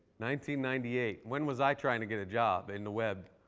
ninety ninety eight. when was i trying to get a job in the web?